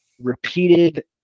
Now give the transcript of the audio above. repeated